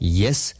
yes